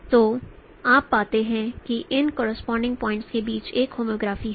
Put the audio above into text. तो आप पाते हैं कि इन करोसपोंडिंग पॉइंट्स के बीच एक होमोग्राफी है